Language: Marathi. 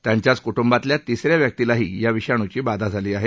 त्यांच्याच कुटुंबातल्या तिसऱ्या व्यक्तीलाही या विषाणूची बाधा झाली आहे